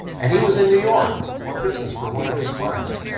and he was in new york on business for one of his clients,